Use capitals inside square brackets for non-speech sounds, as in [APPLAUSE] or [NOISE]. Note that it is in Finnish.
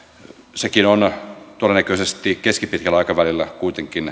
sekin on todennäköisesti keskipitkällä aikavälillä kuitenkin [UNINTELLIGIBLE]